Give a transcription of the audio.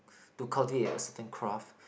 to cultivate a certain craft